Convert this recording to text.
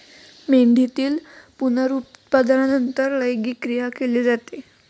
मेंढीतील पुनरुत्पादनानंतर लैंगिक क्रिया केली जाते